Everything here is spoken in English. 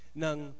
ng